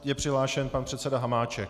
Je přihlášen pan předseda Hamáček.